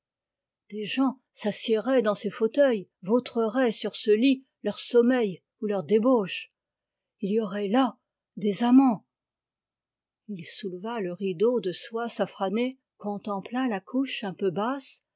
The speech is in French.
des gens s'assiéraient dans ces fauteuils vautreraient sur ce lit leur sommeil ou leur débauche il y aurait là des amants il souleva le rideau de soie safranée contempla la couche un peu basse